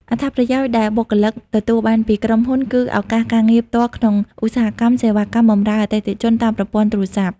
អត្ថប្រយោជន៍ដែលបុគ្គលិកទទួលបានពីក្រុមហ៊ុន គឺឱកាសការងារខ្ពស់ក្នុងឧស្សាហកម្មសេវាកម្មបម្រើអតិថិជនតាមប្រព័ន្ធទូរស័ព្ទ។